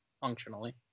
functionally